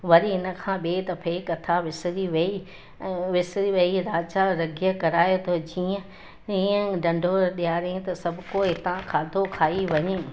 वरी इन खां ॿिए दफ़े कथा विसरी वेही ऐं विसरी वेही राजा यज्ञ करायो त जीअं ईअं ढिंडोरो ॾियाराईं त सभिको हितां खाधो खाई वञे